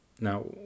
Now